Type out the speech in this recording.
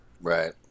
Right